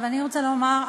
אבל אני רוצה לומר,